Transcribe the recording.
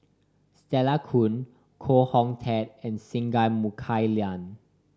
Stella Kon Foo Hong Tatt and Singai Mukilan